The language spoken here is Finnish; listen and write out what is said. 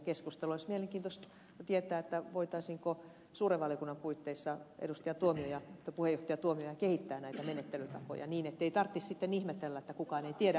olisi mielenkiintoista tietää voitaisiinko suuren valiokunnan puitteissa puheenjohtaja tuomioja kehittää näitä menettelytapoja niin ettei tarvitsisi sitten ihmetellä että kukaan ei tiedä mitään